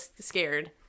scared